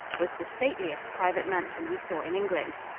was the stateliest private mansion we saw in england.